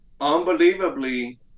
unbelievably